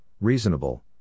reasonable